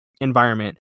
environment